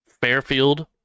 Fairfield